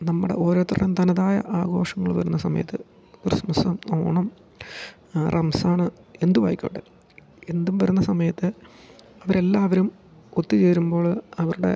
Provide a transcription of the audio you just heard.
നമ്മുടെ ഓരോത്തർടേം തനതായ ആഘോഷങ്ങൾ വരുന്ന സമയത്ത് ക്രിസ്മസും ഓണം റംസാന് എന്തുമായിക്കോട്ടെ എന്തും വരുന്ന സമയത്ത് ഇവർ എല്ലാവരും ഒത്ത് ചേരുമ്പോൾ അവരുടെ